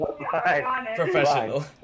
Professional